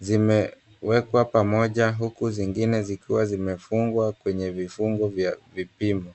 zimewekwa pamoja huku zingine zikiwa zimefungwa kwenye vifungo vya vipimo.